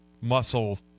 muscle